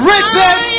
Richard